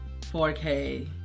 4K